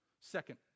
Second